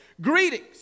Greetings